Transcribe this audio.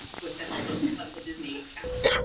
with the help of the disney channel.